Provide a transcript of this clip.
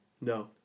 No